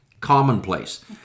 commonplace